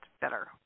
better